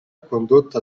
condotta